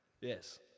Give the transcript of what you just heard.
Yes